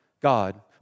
God